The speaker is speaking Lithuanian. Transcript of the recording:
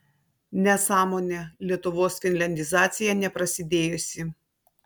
nesąmonė lietuvos finliandizacija neprasidėjusi